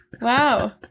wow